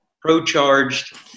pro-charged –